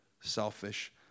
selfish